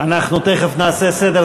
אנחנו תכף נעשה סדר.